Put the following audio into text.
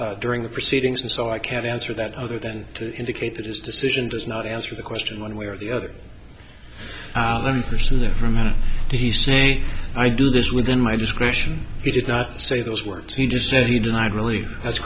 t during the proceedings and so i can't answer that other than to indicate that his decision does not answer the question one way or the other there for a minute did he say i do this within my discretion he did not say those words he just said he denied really as